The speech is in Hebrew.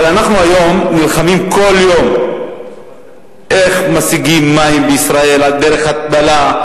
היום אנחנו נלחמים כל יום איך משיגים בישראל מים דרך התפלה,